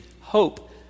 hope